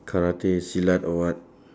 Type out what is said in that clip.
karate silat or what